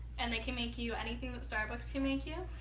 and they can make you anything that starbucks can make you.